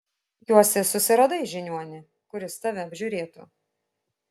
tikiuosi susiradai žiniuonį kuris tave apžiūrėtų